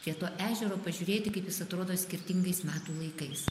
prie to ežero pažiūrėti kaip jis atrodo skirtingais metų laikais